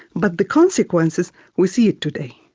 but the consequences we see today.